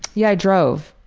yeah, i drove.